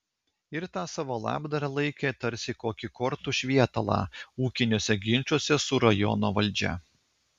ir tą savo labdarą laikė tarsi kokį kortų švietalą ūkiniuose ginčuose su rajono valdžia